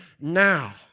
now